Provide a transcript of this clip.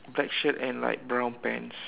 black shirt and light brown pants